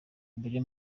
mbere